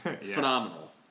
phenomenal